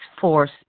force